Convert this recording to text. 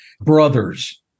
brothers